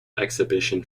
exhibition